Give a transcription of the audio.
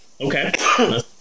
Okay